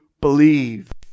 believe